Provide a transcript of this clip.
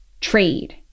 trade